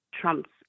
trumps